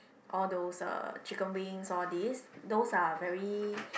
all those uh chicken wings all these those are very